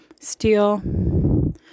Steel